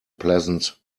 pleasant